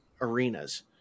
arenas